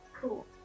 cool